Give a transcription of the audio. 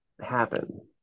happen